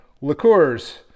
liqueurs